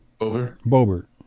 Bobert